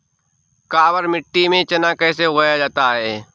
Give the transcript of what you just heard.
काबर मिट्टी में चना कैसे उगाया जाता है?